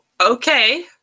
okay